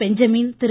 Benjamin Thiru